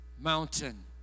mountain